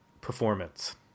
performance